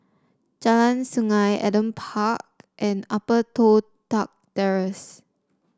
Jalan Sungei Adam Park and Upper Toh Tuck Terrace